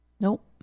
Nope